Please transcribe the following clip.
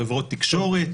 חברות תקשורת.